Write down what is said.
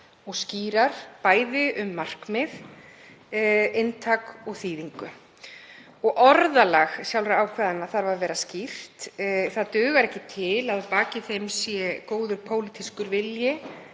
og skýrar, bæði um markmið, inntak og þýðingu. Orðalag sjálfra ákvæðanna þarf að vera skýrt. Það dugar ekki til að að baki þeim sé góður pólitískur vilji,